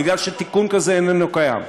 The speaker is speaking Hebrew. בגלל שתיקון כזה איננו קיים,